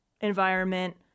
environment